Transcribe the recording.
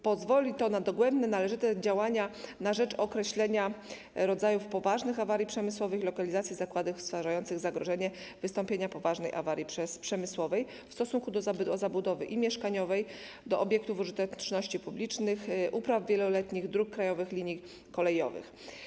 Pozwoli to na dogłębne, należyte działania na rzecz określenia rodzajów poważnych awarii przemysłowych i lokalizacji zakładów stwarzających zagrożenie wystąpienia poważnej awarii przemysłowej w stosunku do zabudowy mieszkaniowej, do obiektów użyteczności publicznej, upraw wieloletnich, dróg krajowych i linii kolejowych.